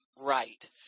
right